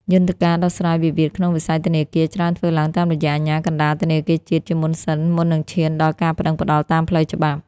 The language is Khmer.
យន្តការដោះស្រាយវិវាទក្នុងវិស័យធនាគារ ច្រើនធ្វើឡើងតាមរយៈ "អាជ្ញាកណ្ដាលធនាគារជាតិ" ជាមុនសិន មុននឹងឈានដល់ការប្ដឹងផ្ដល់តាមផ្លូវច្បាប់។